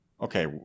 Okay